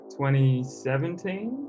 2017